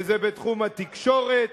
וזה בתחום התקשורת,